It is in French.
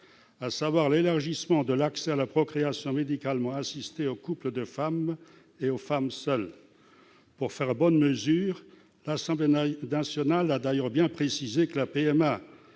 à savoir l'élargissement de l'accès à la procréation médicalement assistée aux couples de femmes et aux femmes seules. Pour faire bonne mesure, les députés ont bien précisé que la PMA